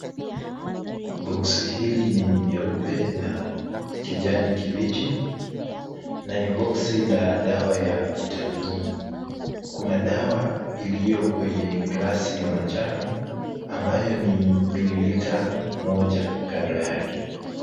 Boksi hili ni nyeupe na kijani kibichi na ni boksi la dawa ya vitamini. Kuna dawa iliyo kwenye glasi ya manjano, ambayo ni mililita moja kando yake.